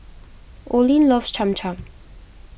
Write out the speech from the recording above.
Oline loves Cham Cham